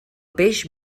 peix